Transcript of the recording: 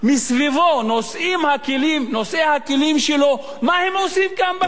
מסביבו, נושאי הכלים שלו, מה הם עושים כאן בכנסת?